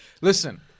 listen